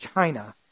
China